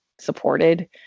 supported